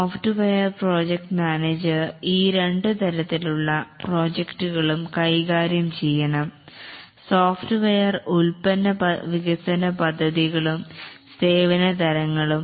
software project manager ഈ രണ്ടു തരത്തിലുള്ള പ്രോജക്റ്റുകളും കൈകാര്യം ചെയ്യണം സോഫ്റ്റ്വെയർ ഉൽപന്ന വികസനപദ്ധതികളും സേവന തരങ്ങളും